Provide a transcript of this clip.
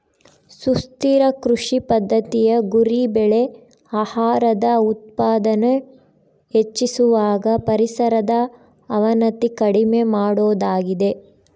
ಸುಸ್ಥಿರ ಕೃಷಿ ಪದ್ದತಿಯ ಗುರಿ ಬೆಳೆ ಆಹಾರದ ಉತ್ಪಾದನೆ ಹೆಚ್ಚಿಸುವಾಗ ಪರಿಸರದ ಅವನತಿ ಕಡಿಮೆ ಮಾಡೋದಾಗಿದೆ